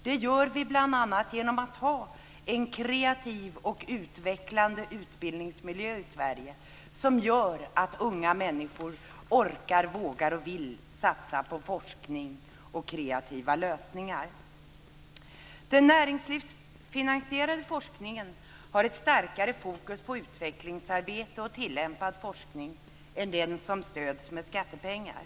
Det gör vi bl.a. genom att ha en kreativ och utvecklande utbildningsmiljö i Sverige som gör att unga människor orkar, vågar och vill satsa på forskning och kreativa lösningar. Den näringslivsfinansierade forskningen har ett starkare fokus på utvecklingsarbete och tillämpad forskning än den som stöds med skattepengar.